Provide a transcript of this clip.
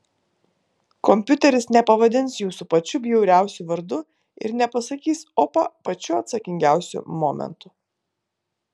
kompiuteris nepavadins jūsų pačiu bjauriausiu vardu ir nepasakys opa pačiu atsakingiausiu momentu